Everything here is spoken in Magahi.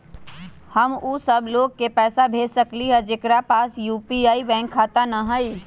हम उ सब लोग के पैसा भेज सकली ह जेकरा पास यू.पी.आई बैंक खाता न हई?